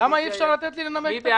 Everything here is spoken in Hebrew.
למה אי-אפשר לתת לנמק?